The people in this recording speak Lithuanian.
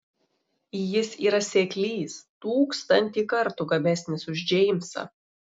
jis yra seklys tūkstantį kartų gabesnis už džeimsą